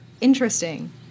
Interesting